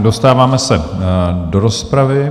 Dostáváme se do rozpravy.